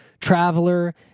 traveler